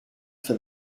for